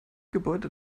gebäude